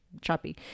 choppy